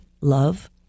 love